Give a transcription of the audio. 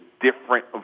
different